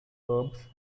verbs